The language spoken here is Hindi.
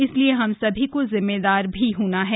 इसलिए हम सभी को जिम्मेदार भी होना है